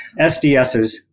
SDSs